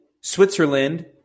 Switzerland